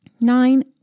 nine